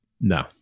No